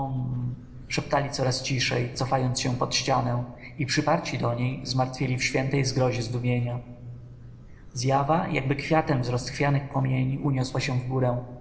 szeptali coraz ciszej cofając się pod ścianę i przyparci do niej zmartwieli w świętej zgrozie zdumienia zjawa jakby kwiatem z rozchwianych płomieni uniosła się wgórę